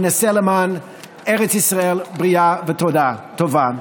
ונעשה למען ארץ ישראל בריאה וטובה.